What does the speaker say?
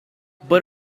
but